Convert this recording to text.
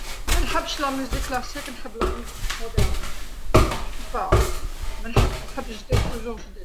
مانحبش الموسيقى الكلاسيكية، نحب الموسيقى العصرية، إذن لا أعلم، مانحب، نحب الجدد دائما الجدد.